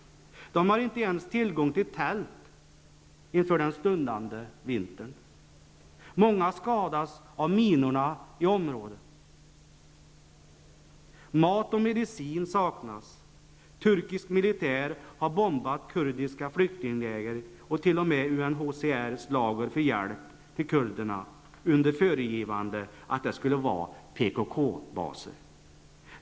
De har inte ens tillgång till tält inför den stundande vintern. Många skadas av minorna i området. Mat och medicin saknas. Turkisk militär har bombat kurdiska flyktingläger och t.o.m. UNHCRs lager för hjälp till kurderna under föregivande av att det skulle vara PKK-baser.